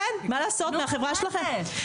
כן, מה לעשות החברה שלכם.